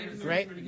Great